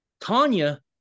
Tanya